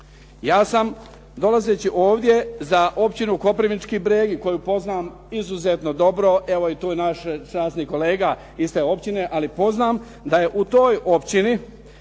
Ja sam dolazeći ovdje za općinu Koprivnički Bregi koju poznam izuzetno dobro. Evo tu je i naš časni kolega iz te opčine, ali poznam da je u toj općini